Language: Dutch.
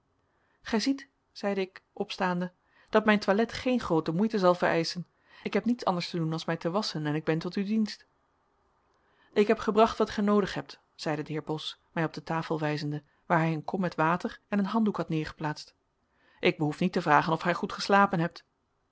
gij ziet zeide ik opstaande dat mijn toilet geene groote moeite zal vereischen ik heb niets anders te doen als mij te wasschen en ik ben tot uw dienst ik heb u gebracht wat gij noodig hebt zeide de heer bos mij op de tafel wijzende waar hij een kom met water en een handdoek had neergeplaatst ik behoef niet te vragen of gij goed geslapen hebt